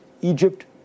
Egypt